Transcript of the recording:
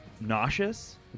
nauseous